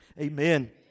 amen